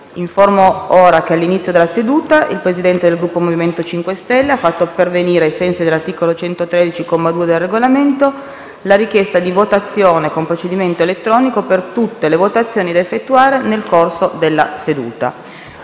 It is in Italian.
Informo l'Assemblea che all'inizio della seduta il Presidente del Gruppo MoVimento 5 Stelle ha fatto pervenire, ai sensi dell'articolo 113, comma 2, del Regolamento, la richiesta di votazione con procedimento elettronico per tutte le votazioni da effettuare nel corso della seduta.